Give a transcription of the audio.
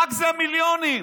רק זה, מיליונים.